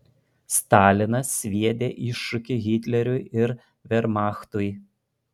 stalinas sviedė iššūkį hitleriui ir vermachtui